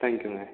தேங்க்யூங்க